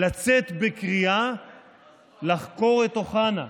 לצאת בקריאה לחקור את אוחנה.